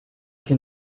can